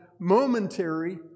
momentary